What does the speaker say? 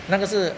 那个是